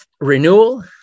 renewal